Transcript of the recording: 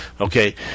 Okay